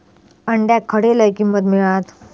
अंड्याक खडे लय किंमत मिळात?